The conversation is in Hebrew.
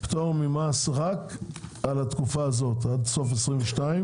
בעיקרון יהיה לכם פטור ממס רק על התקופה הזאת עד סוף 2022,